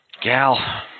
Gal